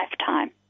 lifetime